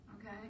Okay